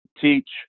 teach